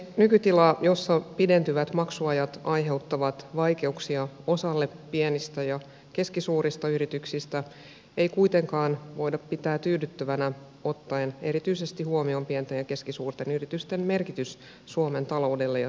nykytilaa jossa pidentyvät maksuajat aiheuttavat vaikeuksia osalle pienistä ja keskisuurista yrityksistä ei kuitenkaan voida pitää tyydyttävänä ottaen erityisesti huomioon pienten ja keskisuurten yritysten merkitys suomen taloudelle ja työllisyydelle